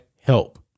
help